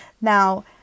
Now